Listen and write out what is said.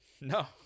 No